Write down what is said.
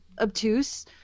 obtuse